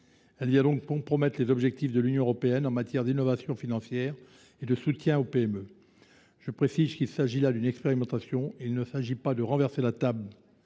Elle compromet les objectifs de l’Union européenne en matière d’innovation financière et de soutien aux PME. Je précise qu’il s’agit là d’une expérimentation. Il est question non pas de renverser la table,